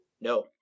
No